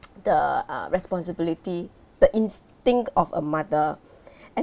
the uh responsibility the instinct of a mother and